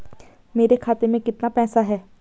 मेरे खाते में कितना पैसा है?